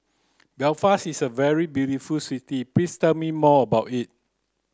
Belfast is a very beautiful city please tell me more about it